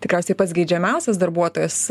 tikriausiai pats geidžiamiausias darbuotojas